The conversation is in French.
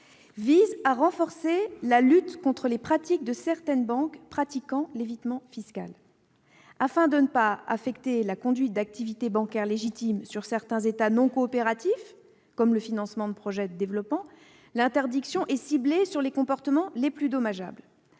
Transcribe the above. vise à renforcer la lutte contre les pratiques de certaines banques en matière d'évitement fiscal. Afin de ne pas affecter la conduite d'activités bancaires légitimes dans certains États non coopératifs, comme le financement de projets de développement, l'interdiction est ciblée sur les comportements les plus dommageables.